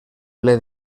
ple